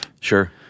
Sure